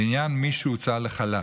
לעניין מי שהוצא לחל"ת.